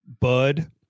Bud